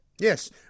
Yes